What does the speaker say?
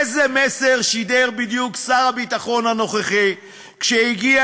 איזה מסר שידר בדיוק שר הביטחון הנוכחי כשהגיע